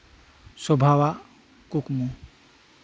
ᱥᱳᱵᱷᱟᱣᱜ ᱠᱩᱠᱢᱩ